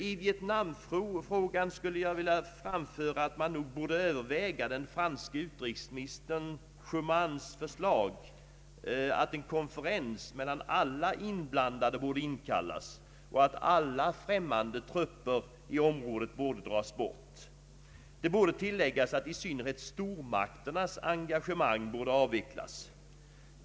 I Vietnamfrågan borde man överväga den franske utrikesministern Schumans förslag att en konferens mellan alla inblandade borde inkallas och att alla främmande trupper i området borde dras bort. Det borde tilläggas att i synnerhet stormakternas engagemang borde avvecklas.